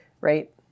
right